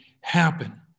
happen